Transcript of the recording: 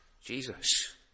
Jesus